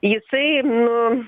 jisai nu